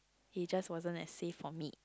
it just wasn't as safe for me